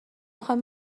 خانوم